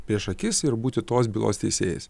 prieš akis ir būti tos bylos teisėjais